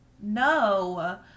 No